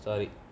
sorry